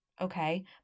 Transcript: Okay